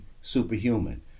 superhuman